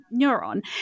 neuron